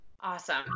Awesome